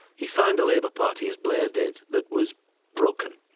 he found a labour party, as blair did, that was broken.